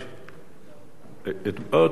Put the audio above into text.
התבטל.